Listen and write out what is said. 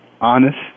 honest